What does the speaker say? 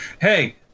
Hey